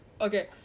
Okay